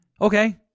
Okay